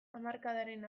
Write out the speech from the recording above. hamarkadaren